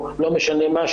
או לא משנה מה,